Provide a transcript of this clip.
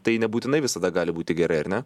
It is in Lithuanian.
tai nebūtinai visada gali būti gerai ar ne